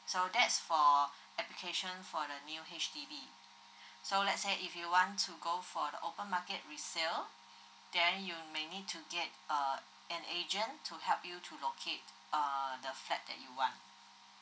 so that's for application for the new H_D_B so let's say if you want to go for open market resale then you may need to get uh an agent to help you to locate uh the flat that you want